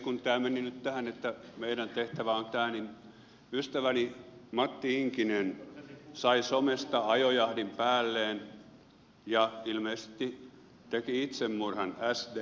kun tämä meni nyt tähän että meidän tehtävä on tämä niin ystäväni matti inkinen sai somesta ajojahdin päälleen ja ilmeisesti teki itsemurhan sdp